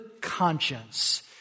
conscience